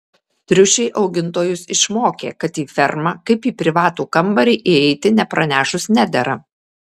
triušiai augintojus išmokė kad į fermą kaip į privatų kambarį įeiti nepranešus nedera